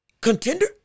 contender